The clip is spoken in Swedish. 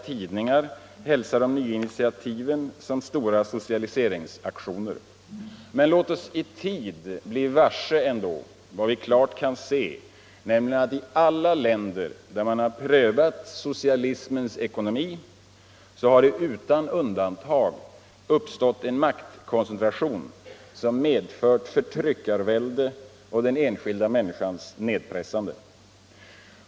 Men låt oss ändå i tid bli varse vad vi klart kan se, nämligen att i alla tider där man har prövat socialismens ekonomi har det utan undantag uppstått en maktkoncentration som medfört förtryckarvälde och den enskilda människans nedpressande.